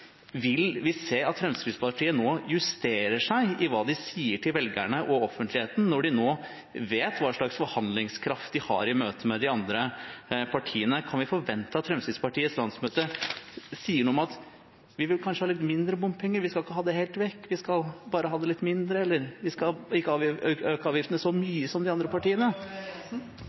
Vil vi se at Fremskrittspartiet nå justerer seg i hva de sier til velgerne og offentligheten når de nå vet hva slags forhandlingskraft de har i møte med de andre partiene? Kan vi forvente at Fremskrittspartiets landsmøte sier noe om at de kanskje vil ha litt mindre bompenger, de skal ikke ha dem helt vekk, men bare ha litt mindre, eller at de ikke øker avgiftene så mye som de andre partiene?